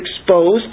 exposed